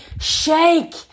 Shake